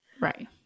Right